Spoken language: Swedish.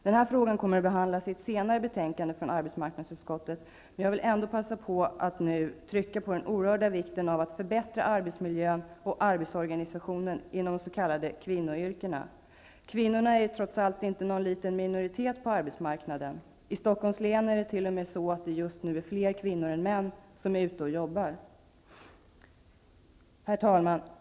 Den här frågan kommer att behandlas i ett senare betänkande från arbetsmarknadsutskottet, men jag vill ändå passa på att trycka på den oerhörda vikten av att förbättra arbetsmiljön och arbetsorganisationen inom de s.k. kvinnoyrkena. Kvinnorna är trots allt inte en liten minoritet på arbetsmarknaden. I Stockholms län är det t.o.m. just nu fler kvinnor än män som är ute och arbetar. Herr talman!